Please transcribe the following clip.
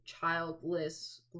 childless